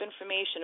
information